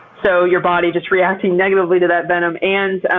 so your body just reacting negatively to that venom, and,